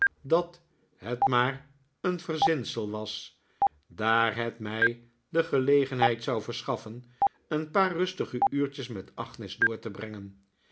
dat het maar een verzinsel was daar het mij de gelegenheid zou verschaffen een paar rustige uurtjes met agnes door te brengen